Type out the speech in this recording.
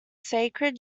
sacred